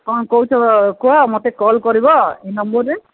କ'ଣ କହୁଛ କୁହ ମତେ କଲ୍ କରିବ ଏଇ ନମ୍ବର୍ରେ